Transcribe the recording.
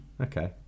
Okay